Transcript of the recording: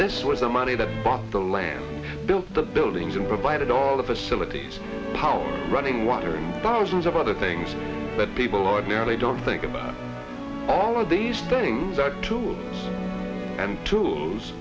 this was a money that bought the land built the buildings and provided all the facilities power running water and thousands of other things that people ordinarily don't think about all of these things are tools and tools